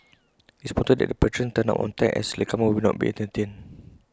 IT is important that patrons turn up on time as latecomers will not be entertained